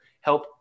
help